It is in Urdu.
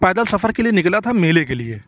پیدل سفر کے لیے نکلا تھا میلے کے لیے